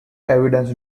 evidence